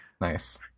Nice